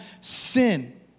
sin